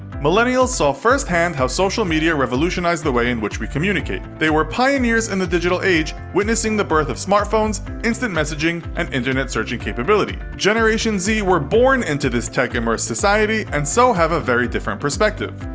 millennials saw first hand how social media revolutionized the way in which we communicate. they were pioneers in the digital age, witnessing the birth of smartphones, instant messaging, and internet searching capability. generation z were born into this tech immersed society and so have a very different perspective.